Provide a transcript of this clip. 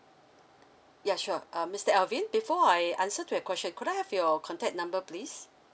ya sure um mister alvin before I answer to your question could I have your contact number please